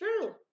True